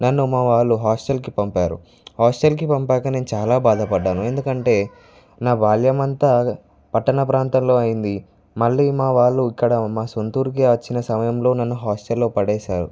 నన్ను మా వాళ్ళు హాస్టల్కి పంపారు హాస్టల్కి పంపాక నేను చాలా బాధపడ్డాను ఎందుకంటే నా బాల్యమంతా పట్టణ ప్రాంతంలో అయింది మళ్ళీ మా వాళ్ళు ఇక్కడ మా సొంత ఊరికి వచ్చిన సమయంలో నన్ను హాస్టల్లో పడేశారు